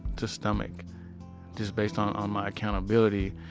to stomach just based on on my accountability,